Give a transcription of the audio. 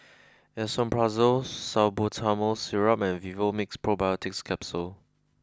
Esomeprazole Salbutamol Syrup and Vivomixx Probiotics Capsule